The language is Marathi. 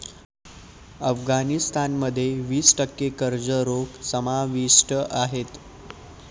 अफगाणिस्तान मध्ये वीस टक्के कर्ज रोखे समाविष्ट आहेत